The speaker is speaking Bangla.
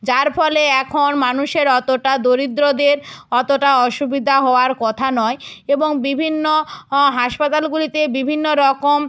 যার ফলে এখন মানুষের অতটা দরিদ্রদের অতটা অসুবিধা হওয়ার কথা নয় এবং বিভিন্ন হাসপাতালগুলিতে বিভিন্ন রকম